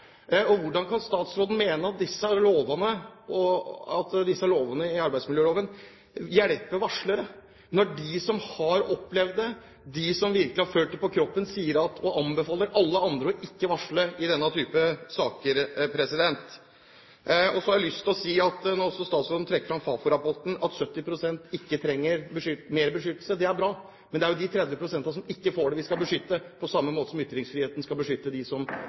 som har opplevd det, de som virkelig har følt det på kroppen, anbefaler alle andre ikke å varsle i denne typen saker? Og så har jeg lyst til å si, når statsråden trekker fram Fafo-rapporten, og at 70 pst. ikke trenger mer beskyttelse: Det er bra, men det er de 30 pst. som ikke får det, vi skal beskytte, på samme måte som ytringsfriheten skal beskytte dem som